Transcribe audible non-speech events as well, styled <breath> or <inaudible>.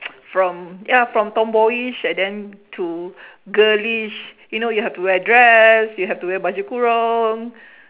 <noise> from ya from tomboyish and then to girlish you know you have to wear dress you have to wear baju kurung <breath>